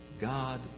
God